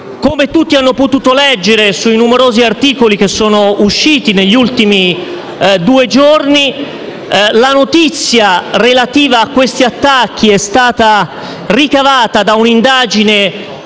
Come tutti hanno potuto leggere nei numerosi articoli usciti negli ultimi due giorni, la notizia relativa a questi attacchi è stata ricavata da un'indagine